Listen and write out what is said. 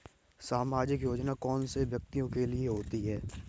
सामाजिक योजना कौन से व्यक्तियों के लिए होती है?